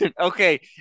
okay